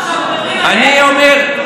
אני אומר,